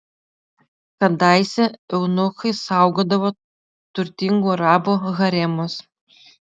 kadaise eunuchai saugodavo turtingų arabų haremus